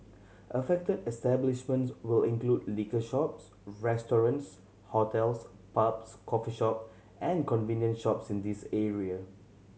affected establishments will include liquor shops restaurants hotels pubs coffee shop and convenience shops in these area